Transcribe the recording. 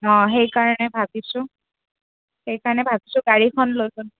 অঁ সেইকাৰণে ভাবিছোঁ সেইকাৰণে ভাবিছোঁ গাড়ীখন লৈ গ'লে